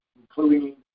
including